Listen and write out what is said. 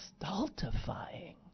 stultifying